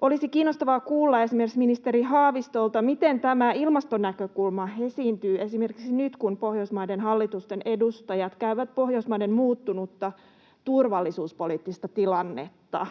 Olisi kiinnostavaa kuulla esimerkiksi ministeri Haavistolta, miten tämä ilmastonäkökulma esiintyy esimerkiksi nyt, kun Pohjoismaiden hallitusten edustajat käyvät Pohjoismaiden muuttunutta turvallisuuspoliittista tilannetta